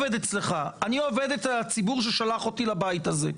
אני עובד אצל הציבור ששלח אותי לבית הזה.